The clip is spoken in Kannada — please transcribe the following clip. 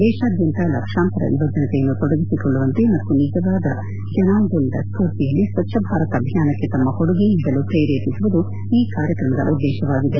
ದೇಶಾದ್ಲಂತ ಲಕ್ಷಾಂತರ ಯುವಜನತೆಯನ್ನು ತೊಡಗಿಸಿಕೊಳ್ಳುವಂತೆ ಮತ್ತು ನಿಜವಾದ ಜನಾಂದೋಲನದ ಸ್ಕೂರ್ತಿಯಲ್ಲಿ ಸ್ವಚ್ದ ಭಾರತ್ ಅಭಿಯಾನಕ್ಕೆ ತಮ್ಮ ಕೊಡುಗೆ ನೀಡಲು ಪ್ರೇರೇಪಿಸುವುದು ಈ ಕಾರ್ಯಕ್ರಮದ ಉದ್ದೇಶವಾಗಿದೆ